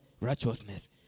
righteousness